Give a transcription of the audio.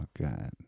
God